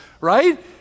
right